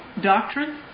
doctrine